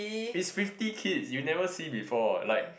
is fifty kids you never see before like